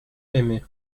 aimé